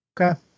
Okay